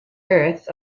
earth